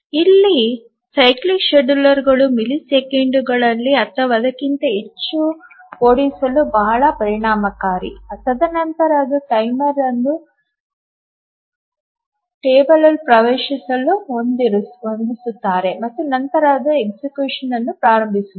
ಇಲ್ಲಿ ಆವರ್ತಕ ವೇಳಾಪಟ್ಟಿಗಳು ಮಿಲಿಸೆಕೆಂಡಿನಲ್ಲಿ ಅಥವಾ ಅದಕ್ಕಿಂತ ಹೆಚ್ಚು ಓಡಿಸಲು ಬಹಳ ಪರಿಣಾಮಕಾರಿ ತದನಂತರ ಅವರು ಟೈಮರ್ ಅನ್ನು ಟೇಬಲ್ಗೆ ಪ್ರವೇಶಿಸಲು ಹೊಂದಿಸುತ್ತಾರೆ ಮತ್ತು ನಂತರ ಅವರು executionಯನ್ನು ಪ್ರಾರಂಭಿಸುತ್ತಾರೆ